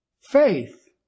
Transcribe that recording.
faith